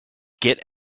get